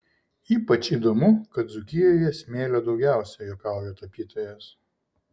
ypač įdomu kad dzūkijoje smėlio daugiausiai juokauja tapytojas